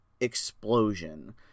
explosion